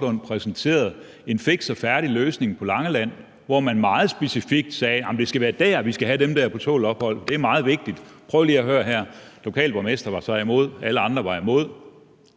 nej – for en fiks og færdig løsning på Langeland, hvor man meget specifikt sagde: Det skal være dér, vi skal have dem på tålt ophold; det er meget vigtigt. Prøv lige at høre her: Den lokale borgmester var så imod, alle andre var imod.